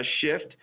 shift